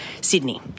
Sydney